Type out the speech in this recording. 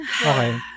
Okay